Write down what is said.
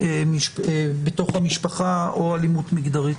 בתוך המשפחה או אלימות מגדרית.